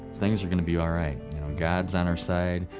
things are going to be all right. god is on our side.